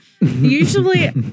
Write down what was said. usually